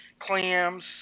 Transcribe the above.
clams